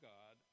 God